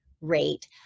rate